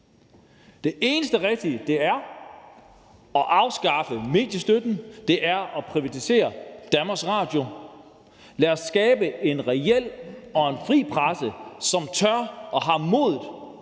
Det eneste rigtige er at afskaffe mediestøtten og privatisere DR. Lad os skabe en reel og en fri presse, som tør og har modet